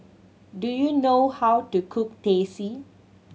do you know how to cook Teh C